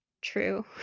true